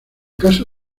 caso